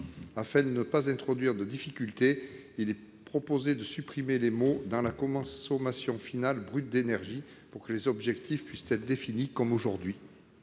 Afin de ne pas introduire de difficulté, il est proposé de supprimer les mots « dans la consommation finale brute d'énergie », pour que les objectifs puissent être définis comme aujourd'hui.